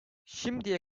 şimdiye